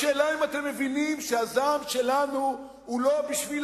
השאלה היא אם אתם מבינים שהזעם שלנו הוא לא בשביל